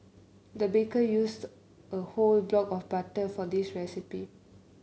the baker used a whole block of butter for this recipe